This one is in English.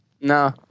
No